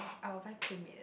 I will buy PlayMade eh